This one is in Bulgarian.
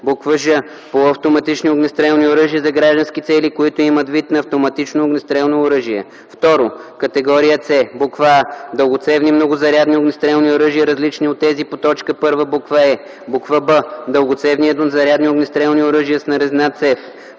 ж) полуавтоматични огнестрелни оръжия за граждански цели, които имат вид на автоматично огнестрелно оръжие; 2. категория С: а) дългоцевни многозарядни огнестрелни оръжия, различни от тези по т. 1, буква „е”; б) дългоцевни еднозарядни огнестрелни оръжия с нарезна цев;